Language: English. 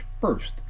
first